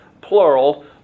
plural